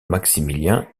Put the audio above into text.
maximilien